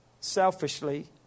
selfishly